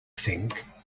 think